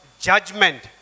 judgment